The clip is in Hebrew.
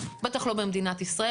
בטח לא במדינת ישראל.